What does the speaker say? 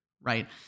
right